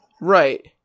Right